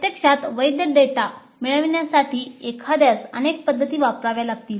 प्रत्यक्षात वैध डेटा मिळविण्यासाठी एखाद्यास अनेक पध्दती वापराव्या लागतील